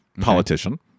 politician